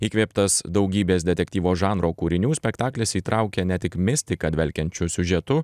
įkvėptas daugybės detektyvo žanro kūrinių spektaklis įtraukia ne tik mistika dvelkiančiu siužetu